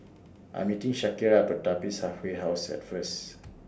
I'm meeting Shakira At Pertapis Halfway House At First